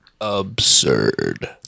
absurd